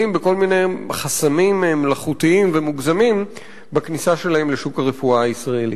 בכל מיני חסמים מלאכותיים ומוגזמים בכניסה שלהם לשוק הרפואה הישראלי.